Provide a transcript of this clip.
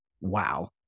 wow